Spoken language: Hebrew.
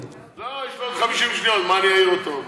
לו, יש לו עוד 50 שניות, מה אני אעיר אותו?